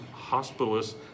hospitalists